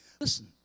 Listen